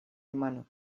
hermano